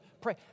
pray